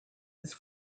his